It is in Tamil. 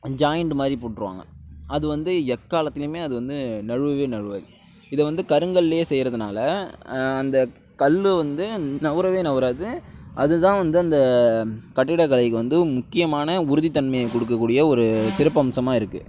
ஜாயிண்டு மாதிரி போட்ருவாங்க அது வந்து எக்காலத்துலையுமே அது வந்து நழுவவே நழுவாது இதை வந்து கருங்கல்லையே செய்யறதுனால அந்த கல்லு வந்து நவறவே நவறாது அது தான் வந்து அந்த கட்டிடக்கலைக்கு வந்து முக்கியமான உறுதித்தன்மையை கொடுக்கக் கூடிய ஒரு சிறப்பம்சமாக இருக்கு